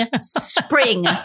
spring